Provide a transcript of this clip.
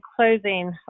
closing